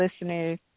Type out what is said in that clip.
listeners